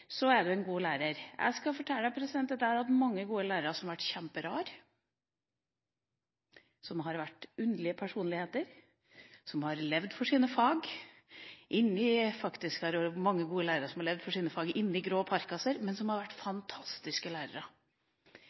Så til det som kom fra saksordføreren, at bare du er trivelig og jovial og kommuniserer bra med elevene eller har det i deg, som det heter, er du en god lærer: Jeg skal fortelle at jeg har hatt mange gode lærere som har vært kjemperare, som har vært underlige personligheter, som har levd for sine fag – det er mange gode lærere som har